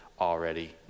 already